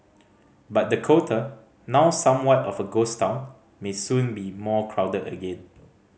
but Dakota now somewhat of a ghost town may soon be more crowded again